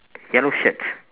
yellow shirt